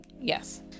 yes